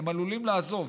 הם עלולים לעזוב,